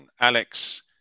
Alex